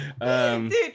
Dude